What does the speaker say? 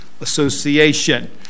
Association